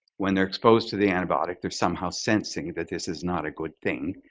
when they're exposed to the antibiotic they're somehow sensing that this is not a good thing